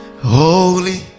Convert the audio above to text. holy